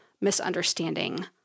misunderstanding